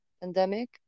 pandemic